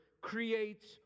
creates